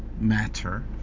matter